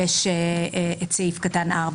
את סעיף קטן (4),